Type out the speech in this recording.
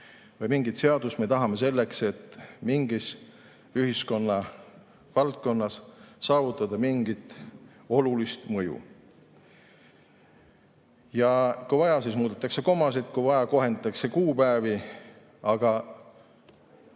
või mingit seadust me tahame ju selleks, et mingis ühiskonna valdkonnas saavutada mingit olulist mõju. Kui vaja, siis muudetakse komasid, ja kui vaja, siis kohendatakse kuupäevi. Aga